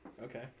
Okay